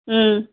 ಹ್ಞೂ